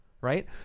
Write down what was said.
Right